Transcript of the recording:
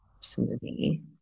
smoothie